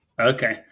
Okay